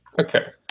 Okay